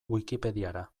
wikipediara